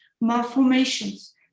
malformations